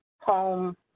home